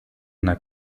una